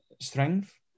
strength